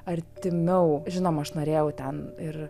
artimiau žinoma aš norėjau ten ir